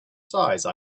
size